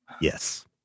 Yes